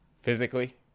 physically